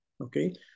Okay